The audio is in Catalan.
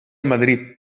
madrid